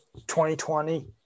2020